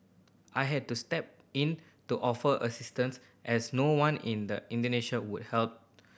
I had to step in to offer assistance as no one in the Indonesia would help